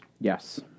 Yes